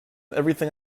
everything